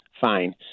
fine